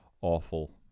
awful